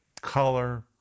color